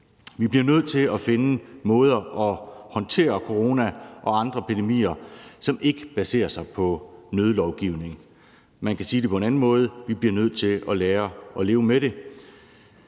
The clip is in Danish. Vi bliver nødt til at finde måder at håndtere corona og andre epidemier på, som ikke baserer sig på nødlovgivning. Man kan sige det på en anden måde: Vi bliver nødt til at lære at leve med det.